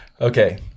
okay